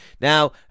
Now